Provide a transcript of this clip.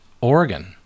Oregon